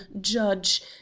judge